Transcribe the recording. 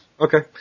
Okay